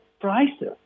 prices